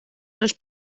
dels